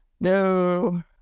No